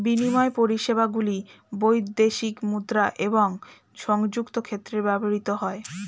বিনিময় পরিষেবাগুলি বৈদেশিক মুদ্রা এবং সংযুক্ত ক্ষেত্রে ব্যবহৃত হয়